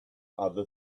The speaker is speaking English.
other